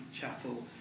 Chapel